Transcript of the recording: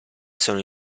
sono